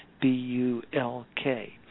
B-U-L-K